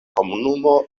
komunumo